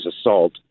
assault